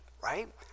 right